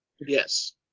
Yes